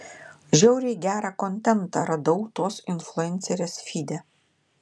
žiauriai gerą kontentą radau tos influencerės fyde